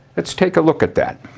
let's take a look at that.